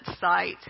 site